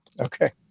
okay